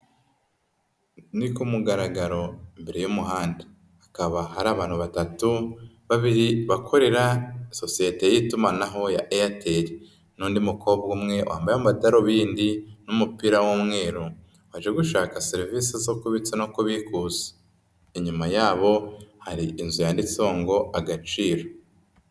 Ni ku mugaragaro imbere y'umuhanda, hakaba hari abantu batatu babiri bakorera sosiyete y'itumanaho ya Airtel n'undi mukobwa umwe wambaye amadarubindi n'umupira w'umweru waje gushaka serivisi zo kubitsa no kubikuza. Inyuma yabo hari inzu yanditseho ngo agaciro.